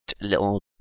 little